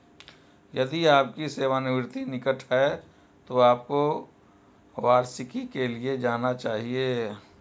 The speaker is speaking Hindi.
यदि आपकी सेवानिवृत्ति निकट है तो आपको वार्षिकी के लिए जाना चाहिए